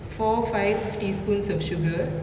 four five teaspoons of sugar